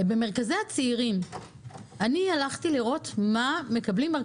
במרכזי הצעירים, הלכתי לראות מה מקבלים שם.